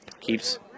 keeps